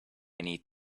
need